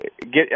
get